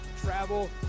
travel